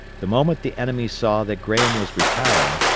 the moment the enemy saw that graham was retiring,